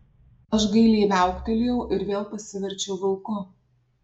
aš gailiai viauktelėjau ir vėl pasiverčiau vilku